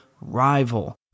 rival